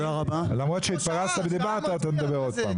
למרות שהתפרצת ודיברת אתה מדבר עוד פעם,